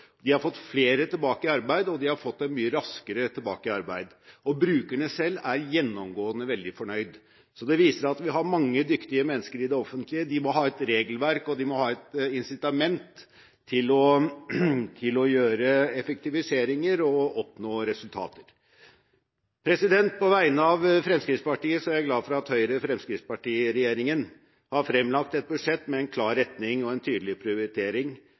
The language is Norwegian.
år og fått flere tilbake i arbeid, og de har fått dem mye raskere tilbake i arbeid. Brukerne selv er gjennomgående veldig fornøyd. Så det viser at vi har mange dyktige mennesker i det offentlige – de må et regelverk og de må ha incitament til å foreta effektiviseringer og oppnå resultater. På vegne av Fremskrittspartiet er jeg glad for at Høyre–Fremskrittsparti-regjeringen har fremlagt et budsjett med en klar retning og en tydelig prioritering